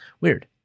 Weird